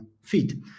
feed